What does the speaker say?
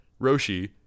Roshi